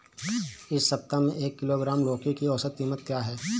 इस सप्ताह में एक किलोग्राम लौकी की औसत कीमत क्या है?